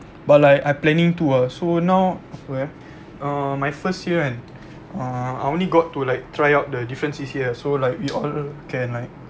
but like I planning to ah so now apa eh uh my first year kan ah I only got to like try out the different C_C_A ah so like we all can like